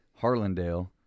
Harlandale